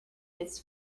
its